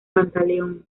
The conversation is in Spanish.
pantaleón